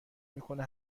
میکنه